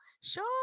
sure